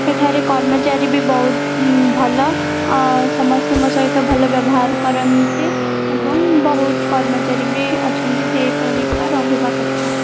ଏଠାରେ କର୍ମଚାରୀ ବି ବହୁତ ଭଲ ସମସ୍ତିଙ୍କ ସହିତ ଭଲ ବ୍ୟବହାର କରନ୍ତି ଏବଂ ବହୁତ କର୍ମଚାରୀ ବି ଅଛନ୍ତି ଯେପରିକା ରହିବା କଥା